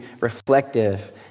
reflective